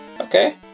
Okay